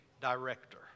director